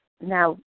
Now